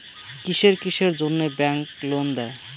কিসের কিসের জন্যে ব্যাংক লোন দেয়?